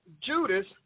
Judas